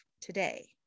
today